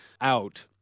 out